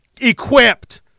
equipped